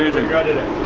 regretted it.